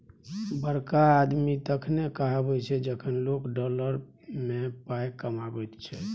बड़का आदमी तखने कहाबै छै जखन लोक डॉलर मे पाय कमाबैत छै